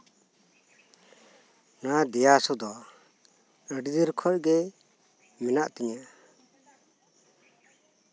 ᱱᱚᱣᱟ ᱫᱮᱭᱟ ᱦᱟᱹᱥᱩ ᱫᱚ ᱟᱹᱰᱤ ᱫᱚᱱ ᱠᱷᱚᱡ ᱜᱮ ᱢᱮᱱᱟᱜ ᱛᱤᱧᱟᱹ